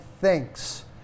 thinks